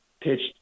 pitched